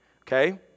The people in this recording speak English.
okay